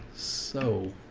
so